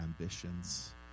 ambitions